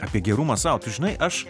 apie gerumą sau tu žinai aš